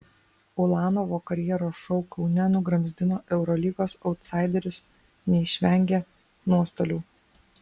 ulanovo karjeros šou kaune nugramzdino eurolygos autsaiderius neišvengė nuostolių